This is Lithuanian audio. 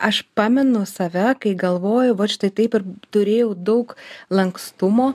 aš pamenu save kai galvojau vat štai taip ir turėjau daug lankstumo